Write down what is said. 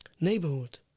neighborhood